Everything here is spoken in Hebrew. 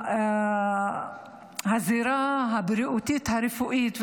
הזירה הבריאותית הרפואית,